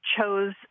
chose